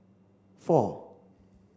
four